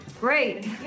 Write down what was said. Great